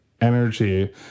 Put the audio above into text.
energy